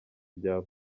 bya